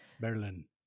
Berlin